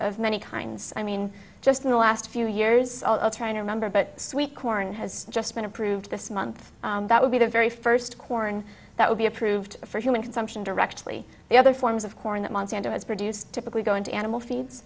of many kinds i mean just in the last few years i'll try to remember but sweet corn has just been approved this month that will be the very first corn that will be approved for human consumption directly the other forms of corn that monsanto has produced typically go into animal feeds